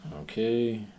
Okay